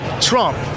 Trump